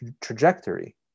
trajectory